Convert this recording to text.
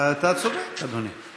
אתה צודק, אדוני.